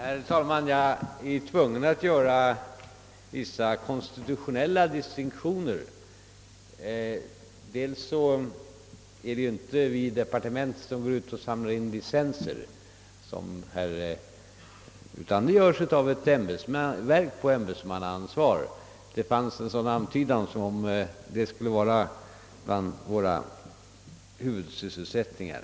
Herr talman! Jag är tvungen att göra vissa konstitutionella distinktioner. För det första är det inte vi i departementet som tar upp licensavgifter, utan detta görs under ämbetsmannaansvar på ett verk. Det gjordes en antydan om att detta skulle tillhöra våra huvudsysselsättningar.